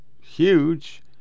huge